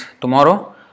tomorrow